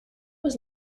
was